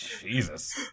Jesus